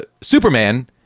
Superman